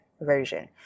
version